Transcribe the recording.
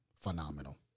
Phenomenal